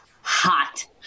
hot